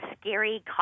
scary